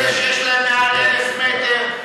אלה שיש להם מעל 1,000 מטר.